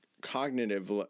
cognitive